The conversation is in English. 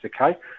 okay